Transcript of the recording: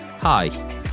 Hi